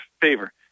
favor